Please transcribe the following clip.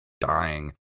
dying